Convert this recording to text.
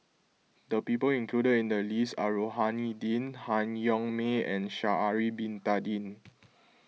the people included in the list are Rohani Din Han Yong May and Sha'ari Bin Tadin